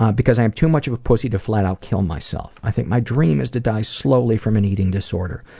um because i am too much of a pussy to flat out kill myself, i think my dream is to die slowly from an eating disorder,